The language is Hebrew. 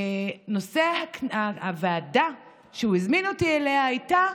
נושא הוועדה שהוא הזמין אותי אליה היה: